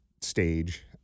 stage